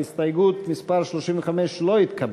ההסתייגות מס' 35 לא התקבלה.